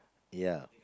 ya